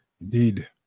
Indeed